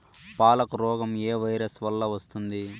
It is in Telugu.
పాలకు రోగం ఏ వైరస్ వల్ల వస్తుంది?